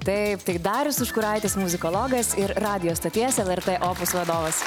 taip tai darius užkuraitis muzikologas ir radijo stoties lrt opus vadovas